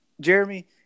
Jeremy